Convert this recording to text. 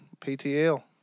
PTL